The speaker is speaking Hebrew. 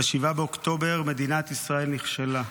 ב-7 באוקטובר מדינת ישראל נכשלה.